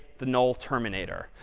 the null terminator.